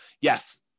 yes